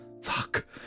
Fuck